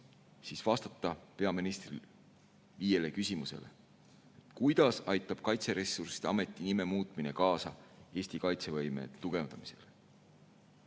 vastata viiele küsimusele. Kuidas aitab Kaitseressursside Ameti nime muutmine kaasa Eesti kaitsevõime tugevdamisele?